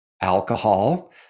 alcohol